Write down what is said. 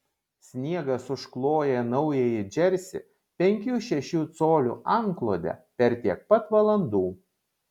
sniegas užkloja naująjį džersį penkių šešių colių antklode per tiek pat valandų